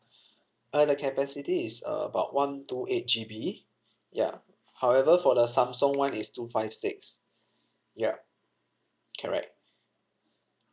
uh the capacity is about one two eight G_B ya however for the samsung one is two five six yup correct